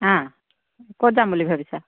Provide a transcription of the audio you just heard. অঁ ক'ত যাম বুলি ভাবিছা